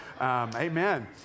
amen